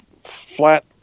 flat